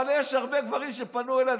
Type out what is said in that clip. אבל יש הרבה גברים שפנו אליי,